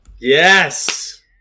Yes